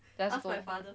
then ask